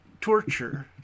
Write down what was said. torture